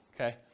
okay